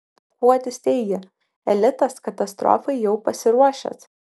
kuodis teigia elitas katastrofai jau pasiruošęs